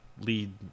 lead